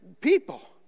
people